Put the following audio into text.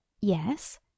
Yes